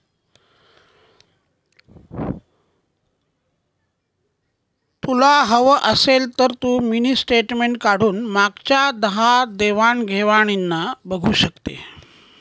तुला हवं असेल तर तू मिनी स्टेटमेंट काढून मागच्या दहा देवाण घेवाणीना बघू शकते